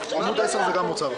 עמ' 10 זה גם משרד האוצר.